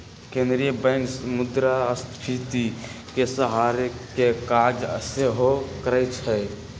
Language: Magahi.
केंद्रीय बैंक मुद्रास्फीति के सम्हारे के काज सेहो करइ छइ